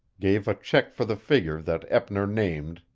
gave a check for the figure that eppner named,